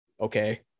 okay